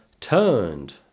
turned